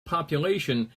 population